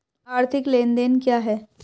आर्थिक लेनदेन क्या है?